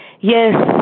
Yes